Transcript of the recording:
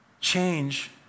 Change